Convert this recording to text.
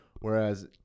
Whereas